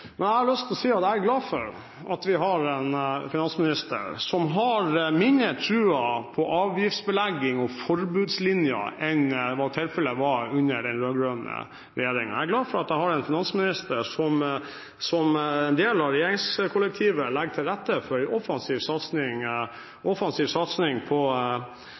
Men jeg har lyst til å si at jeg er glad for at vi har en finansminister som har mindre tro på avgiftsbelegging og forbudslinjen enn det som var tilfellet under den rød-grønne regjeringen. Jeg er glad for at jeg har en finansminister som – som en del av regjeringskollektivet – legger til rette for en offensiv satsing